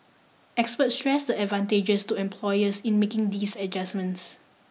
experts stress the advantages to employers in making these adjustments